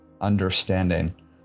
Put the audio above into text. understanding